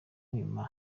inyuma